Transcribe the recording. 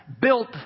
built